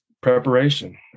preparation